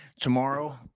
tomorrow